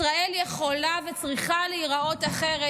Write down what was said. ישראל יכולה וצריכה להיראות אחרת.